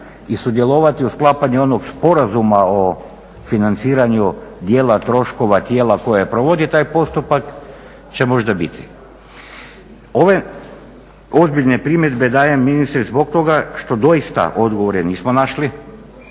i sudjelovati u sklapanju onog Sporazuma o financiranju dijela troškova tijela koji je provodio taj postupak će možda biti. Ove ozbiljne primjedbe dajem ministre zbog toga što doista odgovore nismo našli